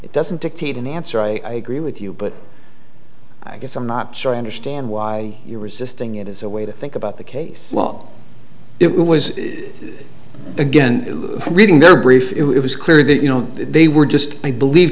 it doesn't dictate an answer i agree with you but i guess i'm not sure i understand why you're resisting it as a way to think about the case well it was again reading their brief it was clear that you know they were just i believe